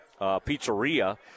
pizzeria